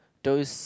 those